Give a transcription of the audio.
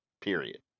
period